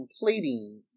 completing